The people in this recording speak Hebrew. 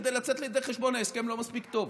כדי לצאת לידי חובה: ההסכם לא מספיק טוב.